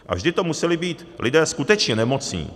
A vždy to museli být lidé skutečně nemocní.